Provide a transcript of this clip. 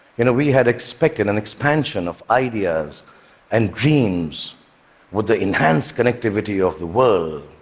you know, we had expected an expansion of ideas and dreams with the enhanced connectivity of the world.